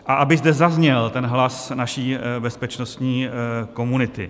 A aby zde zazněl hlas naší bezpečnostní komunity.